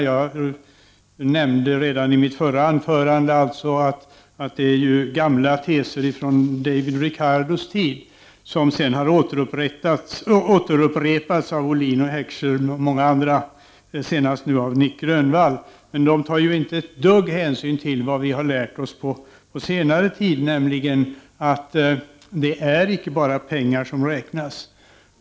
Jag nämnde redan i mitt förra anförande att det är gamla teser från David Ricardos tid som sedan har upp repats av Ohlin och Heckscher och många andra, senast nu av Nic Grönvall. 27 De tar inte ett dugg hänsyn till vad vi har lärt oss på senare tid, nämligen att det är icke bara pengar som räknas.